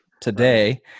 today